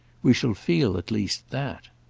we shall feel at least that.